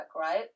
right